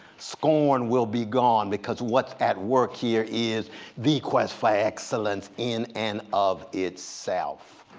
scorn will be gone because what's at work here is the quest for excellence in and of itself.